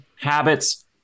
habits